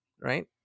right